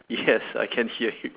yes I can hear you